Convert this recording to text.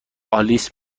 آلیس